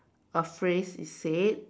a phrase is said